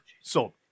Sold